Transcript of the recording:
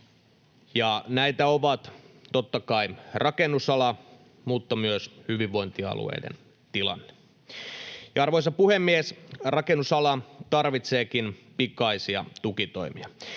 näitä ovat totta kai rakennusalan mutta myös hyvinvointialueiden tilanne. Arvoisa puhemies! Rakennusala tarvitseekin pikaisia tukitoimia.